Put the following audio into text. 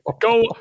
go